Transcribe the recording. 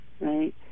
right